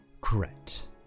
Correct